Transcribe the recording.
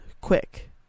quick